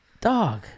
Dog